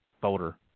folder